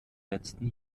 letzten